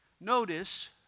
Notice